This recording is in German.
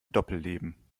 doppelleben